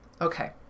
okay